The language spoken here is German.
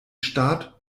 start